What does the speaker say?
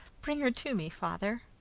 bring her to me, father!